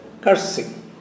cursing